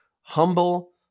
humble